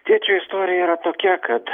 tėčio istorija yra tokia kad